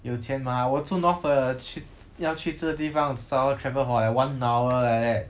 有钱吗我住 north 的去要去吃的地方至少要 travel for like one hour like leh